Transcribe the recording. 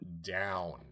down